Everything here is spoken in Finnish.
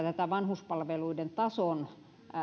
tätä vanhuspalveluiden tason